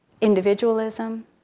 individualism